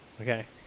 okay